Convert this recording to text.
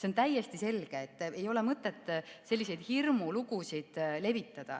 See on täiesti selge, et ei ole mõtet selliseid hirmulugusid levitada.